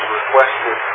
requested